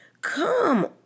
come